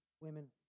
women